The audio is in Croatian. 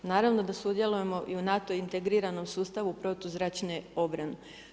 Naravno da sudjelujemo i u NATO integriranu sustavu protuzračne obrane.